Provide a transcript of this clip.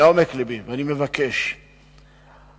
ואני מבקש מעומק לבי: